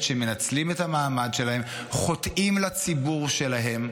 שמנצלים את המעמד שלהם וחוטאים לציבור שלהם,